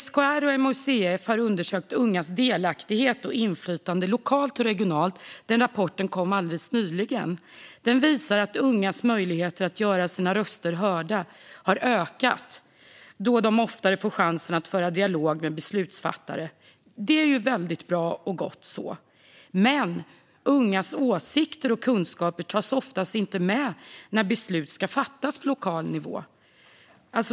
SKR och MUCF har undersökt ungas delaktighet och inflytande lokalt och regionalt. Rapporten, som kom alldeles nyligen, visar att ungas möjligheter att göra sina röster hörda har ökat, då de oftare får chansen att föra dialog med beslutsfattare. Det är gott så. Men ungas åsikter och kunskaper tas oftast inte med när beslut fattas på lokal nivå.